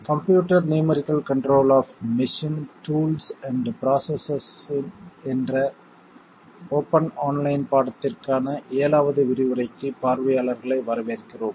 computer numerical control of machine tools and processes என்ற open online பாடத்திற்கான 7வது விரிவுரைக்கு பார்வையாளர்களை வரவேற்கிறோம்